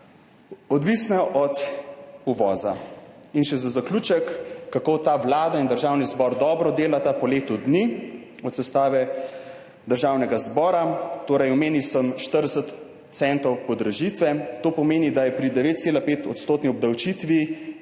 odvisne od uvoza. In še za zaključek, kako ta Vlada in Državni zbor dobro delata po letu dni od sestave Državnega zbora. Torej, omenil sem 40 centov podražitve, to pomeni, da je pri 9,5 odstotni obdavčitvi